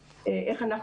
איך הדבר הזה פועל,